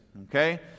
okay